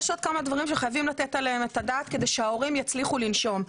יש עוד כמה דברים שחייבים לתת עליהם את הדעת כדי שההורים יצליחו לנשום,